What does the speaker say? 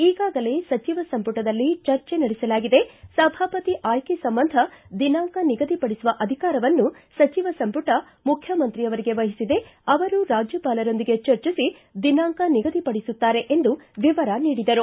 ಈಗಾಗಲೇ ಸಚಿವ ಸಂಪುಟದಲ್ಲಿ ಚರ್ಚೆ ನಡೆಸಲಾಗಿದೆ ಸಭಾವತಿ ಆಯ್ಲೆ ಸಂಬಂಧ ದಿನಾಂಕ ನಿಗದಿಪಡಿಸುವ ಅಧಿಕಾರವನ್ನು ಸಚಿವ ಸಂಪುಟ ಮುಖ್ಯಮಂತ್ರಿಯವರಿಗೆ ವಹಿಸಿದೆ ಅವರು ರಾಜ್ಯಪಾಲರೊಂದಿಗೆ ಚರ್ಚಿಸಿ ದಿನಾಂಕ ನಿಗದಿಪಡಿಸುತ್ತಾರೆ ಎಂದು ವಿವರ ನೀಡಿದರು